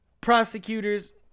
prosecutors